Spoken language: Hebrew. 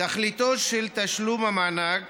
תכליתו של תשלום המענק